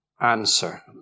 answer